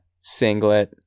singlet